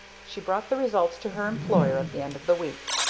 she brought the results to her employer at the end of the week.